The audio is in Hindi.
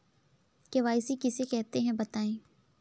के.वाई.सी किसे कहते हैं बताएँ?